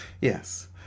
yes